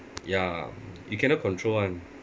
ya you cannot control [one]